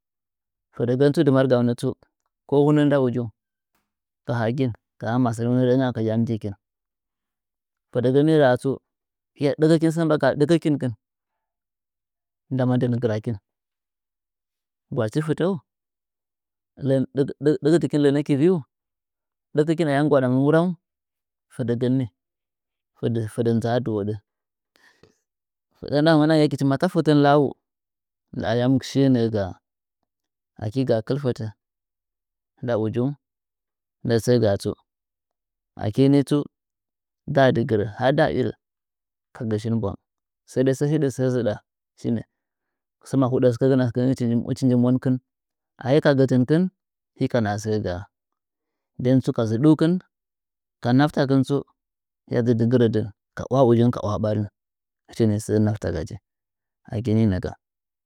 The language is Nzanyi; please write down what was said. Fɚdɚgɚn tsu dɨmadɨgaunɚ tsu nda ujiung ka hagin kaha masɚniung aka yam njikin fɚdɚgɚn ni raa tsu hɚya ɗɚkɚkɨn sɚ mbagaya ɗɚkɚkinkɨn ndama dɨu gɨrakin gwadchi fɨ tɚu ndɨɗa yakechi ma ta fɚtɚ la ahh nda ayam shiye nɚɚ gaa aki gaa kɨl fɚtɚ nda ujiung nda sɚ gaa tsu ga ani tsu dzaa dɨ gɨrd ha nda irɚ ka gɚ shin bwang sai dai sɚ hɨɗɚ sɚ zɨɗɚ shinɚ sɚ mahuɗa sɨkɚgɚn hɨch ni monkɨn ahi ka gɚtɨnkin hi ka haha sɚ gaa nden tsu ka zuɗukɨn ka naftakɨn tsu hiya dzɨ dɨ gɨrdɨ ka waha ujiung ka waha ɓariung hɨch ni so naftaga aki ninɚ kam.